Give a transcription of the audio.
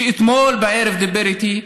שאתמול בערב דיבר איתי,